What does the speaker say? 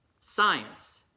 Science